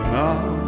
now